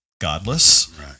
godless